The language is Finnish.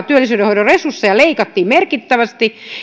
työllisyyden hoidon resursseja leikattiin merkittävästi